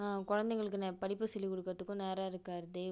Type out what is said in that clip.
ஆ குழந்தைங்களுக்கு ந படிப்பு சொல்லிக் கொடுக்கறத்துக்கும் நேரம் இருக்காது